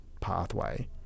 pathway